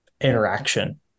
interaction